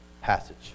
passage